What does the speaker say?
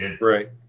Right